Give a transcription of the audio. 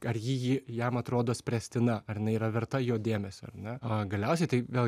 ar ji ji jam atrodo spręstina ar jinai yra verta jo dėmesio ar ne galiausiai tai vėl